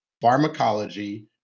pharmacology